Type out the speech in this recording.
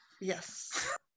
Yes